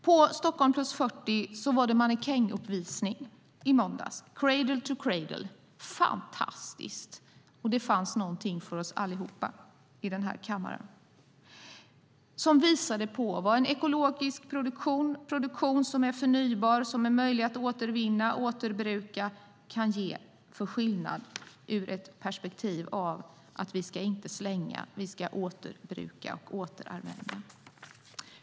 På Stockholm + 40 var det mannekänguppvisning i måndags, cradle to cradle. Det var fantastiskt. Det fanns någonting för oss allihop i den här kammaren. Det visade vad en förnybar, ekologisk produktion som är möjlig att återvinna och återbruka kan göra för skillnad. Perspektivet var att vi inte ska slänga, utan vi ska återbruka och återanvända.